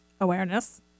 Awareness